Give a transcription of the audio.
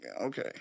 Okay